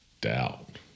doubt